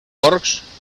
porcs